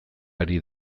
ari